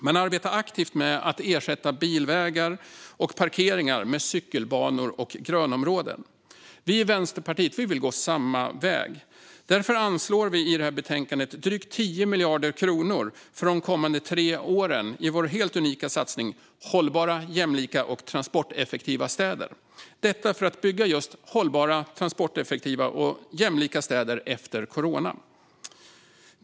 Man jobbar aktivt med att ersätta bilvägar och parkeringar med cykelbanor och grönområden. Vi i Vänsterpartiet vill gå samma väg. Därför anslår vi i detta betänkande drygt 10 miljarder kronor för de kommande tre åren i vår helt unika satsning på hållbara, jämlika och transporteffektiva städer - detta för att bygga just hållbara, transporteffektiva och jämlika städer efter corona.